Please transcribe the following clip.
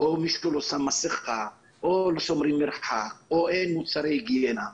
או שמישהו לא שם מסכה או שלא שומרים מרחק או שאין מוצרי היגיינה.